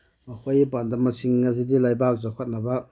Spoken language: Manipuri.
ꯃꯈꯣꯏꯒꯤ ꯄꯥꯟꯗꯝꯁꯤꯡ ꯑꯗꯨꯗꯤ ꯂꯩꯕꯥꯛ ꯆꯥꯎꯈꯠꯅꯕ